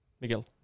Miguel